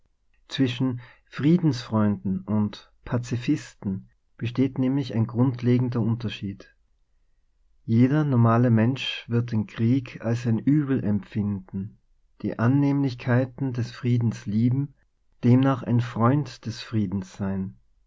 zwischen friedensfreunden und pazifisten besteht nämlich ein grundlegender unter schied jeder normale mensch wird den krieg als ein uebel empfinden die annehmlichkeiten des friedens lieben demnach ein freund des friedens sein